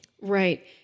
Right